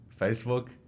Facebook